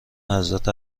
حضرت